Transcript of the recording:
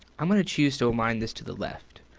i'm gonna choose to align this to the left.